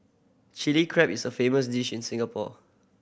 Chilli Crab is a famous dish in Singapore